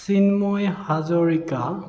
Chinmoy Hazarika